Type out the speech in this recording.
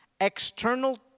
external